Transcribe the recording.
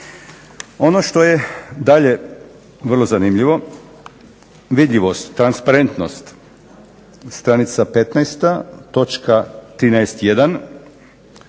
Ono što je dalje vrlo zanimljivo vidljivost, transparentnost, stranica 15.